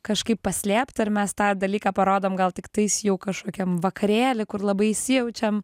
kažkaip paslėpta ir mes tą dalyką parodom gal tiktais jau kažkokiam vakarėly kur labai įsijaučiam